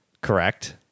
Correct